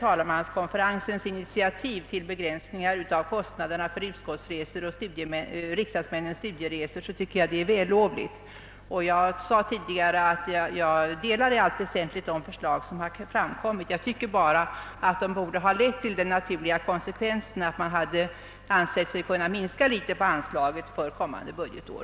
Talmanskonferensens initiativ till begränsning av kostnaderna för utskottens och riksdagsmännens studieresor i övrigt tycker jag är vällovligt. Jag sade tidigare att jag i allt väsentligt gillar de förslag som har lagts fram. Jag tycker bara att den naturliga konsekvensen av dem borde vara att man ansett sig kunna minska anslaget något för kommande budgetår.